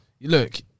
Look